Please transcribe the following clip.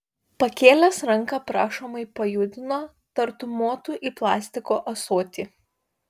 pakėlęs ranką prašomai pajudino tartum motų į plastiko ąsotį